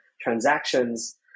transactions